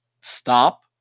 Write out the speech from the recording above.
stop